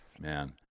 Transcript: man